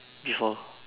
before